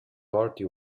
party